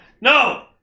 No